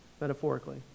metaphorically